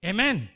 Amen